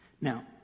Now